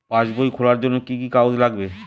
পাসবই খোলার জন্য কি কি কাগজ লাগবে?